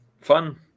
Fun